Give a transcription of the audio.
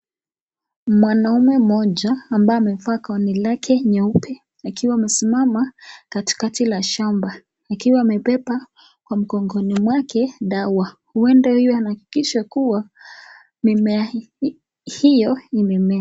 Mwanamume moja ambaye amevaa koti yake nyeupe akiwa amesimama katikati la shamba akiwa amepepa kwa mgongoni mwake dawa , uenda anahakikisha kuwa mimea hiyo imemea.